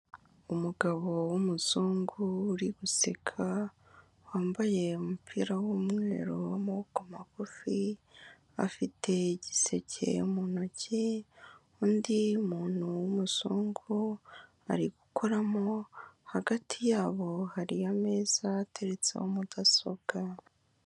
Umugabo w'umuzungu uri guseka, wambaye umupira w'umweru w'amaboko magufi, afite igiseke mu ntoki, undi muntu w'umuzungu ari gukoramo, hagati yabo hari ameza ateretseho mudasobwa.